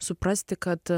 suprasti kad